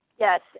Yes